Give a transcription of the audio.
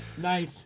Nice